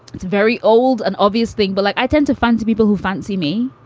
it's very old. an obvious thing. but like i tend to find to people who fancy me.